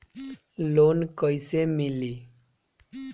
Loan कइसे मिली?